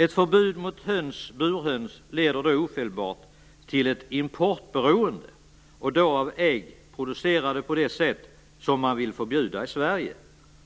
Ett förbud mot burhöns leder ofelbart till ett importberoende och då av ägg producerade på det sätt som man vill förbjuda i Sverige,